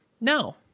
No